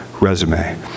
resume